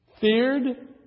Feared